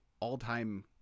all-time